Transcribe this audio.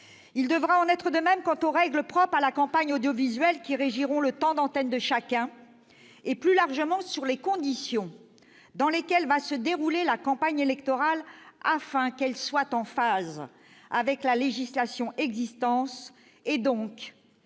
Il devra en être de même quant aux règles propres à la campagne audiovisuelle qui régiront le temps d'antenne de chacun, et plus largement sur les conditions dans lesquelles va se dérouler la campagne électorale. Il est en effet essentiel qu'elle soit en phase avec la législation existante, mais